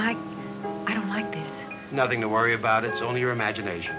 i don't like nothing to worry about it's on your imagination